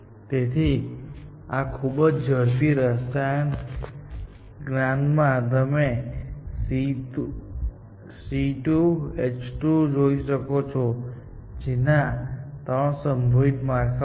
તેથી આ ખૂબ જ ઝડપી રસાયણશાસ્ત્રના જ્ઞાનમાં તમે તે C2H5 જોઈ શકો છો જેના 3 સંભવિત માળખાઓ છે